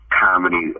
comedy